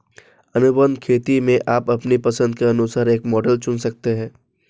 अनुबंध खेती में आप अपनी पसंद के अनुसार एक मॉडल चुन सकते हैं